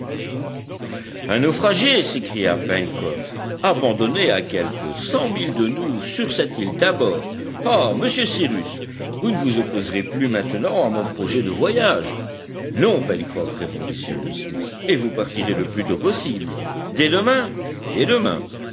un naufragé s'écria pencroff abandonné à quelques cents milles de nous sur cette île tabor ah monsieur cyrus vous ne vous opposerez plus maintenant à mon projet de voyage non pencroff répondit cyrus smith et vous partirez le plus tôt possible dès demain dès demain